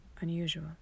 unusual